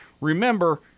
Remember